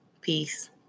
Peace